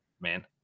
man